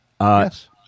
Yes